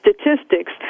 statistics